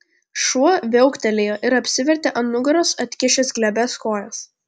šuo viauktelėjo ir apsivertė ant nugaros atkišęs glebias kojas